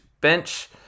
bench